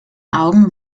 augen